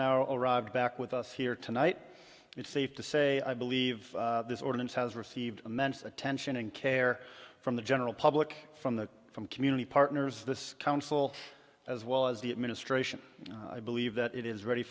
now arrived back with us here tonight it's safe to say i believe this ordinance has received immense attention and care from the general public from the from community partners the council as well as the administration i believe that it is ready